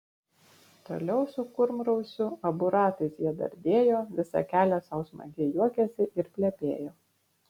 toliau su kurmrausiu abu ratais jie dardėjo visą kelią sau smagiai juokėsi ir plepėjo